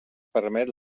permet